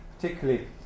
particularly